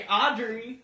audrey